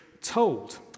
told